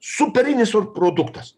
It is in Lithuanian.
superinis produktas